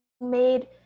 made